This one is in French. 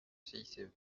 cice